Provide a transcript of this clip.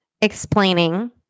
explaining